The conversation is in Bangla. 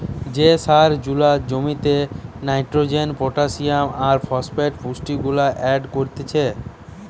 যে সার জুলা জমিতে নাইট্রোজেন, পটাসিয়াম আর ফসফেট পুষ্টিগুলা এড করতিছে